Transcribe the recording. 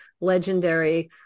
legendary